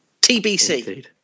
tbc